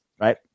right